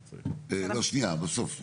בסוף,